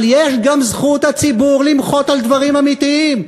אבל יש גם זכות הציבור למחות על דברים אמיתיים,